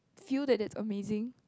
feel that that's amazing